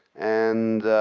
and